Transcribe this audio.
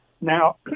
Now